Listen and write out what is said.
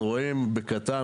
אנחנו רואים בקטן,